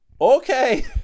Okay